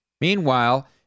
Meanwhile